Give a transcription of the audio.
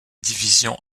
division